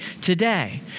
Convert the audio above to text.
today